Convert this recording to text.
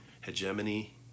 hegemony